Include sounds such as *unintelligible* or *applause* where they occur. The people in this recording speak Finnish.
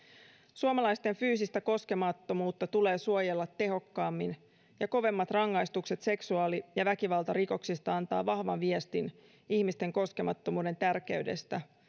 suomalaisten fyysistä koskemattomuutta tulee suojella tehokkaammin ja kovemmat rangaistukset seksuaali ja väkivaltarikoksista antavat vahvan viestin ihmisten koskemattomuuden tärkeydestä *unintelligible*